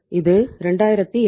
இது 2800